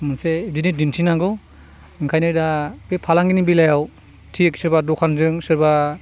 मोनसे बिदिनो दिन्थिनांगौ ओंखायनो दा बे फालांगिनि बेलायाव थिक सोरबा दखानजों सोरबा